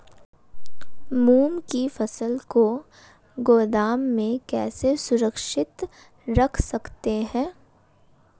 मूंग की फसल को गोदाम में कैसे सुरक्षित रख सकते हैं?